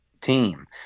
team